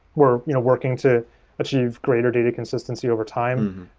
we're you know working to achieve greater data consistency overtime,